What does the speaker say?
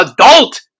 adult